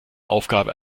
aufgabe